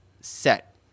set